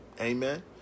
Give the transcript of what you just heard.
Amen